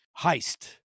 heist